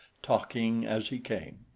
talking as he came.